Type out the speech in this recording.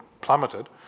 plummeted